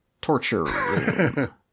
torture